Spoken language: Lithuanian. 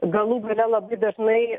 galų gale labai dažnai